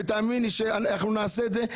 ותאמין לי שאנחנו נעשה את זה,